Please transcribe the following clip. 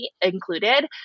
included